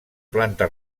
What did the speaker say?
planta